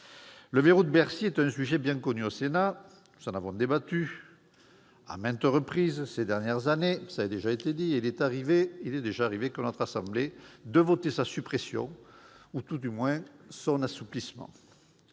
Le « verrou de Bercy » est un sujet bien connu au Sénat. Nous en avons débattu à maintes reprises, ces dernières années. Il est déjà arrivé à notre assemblée de voter sa suppression ou, à tout le moins, son assouplissement.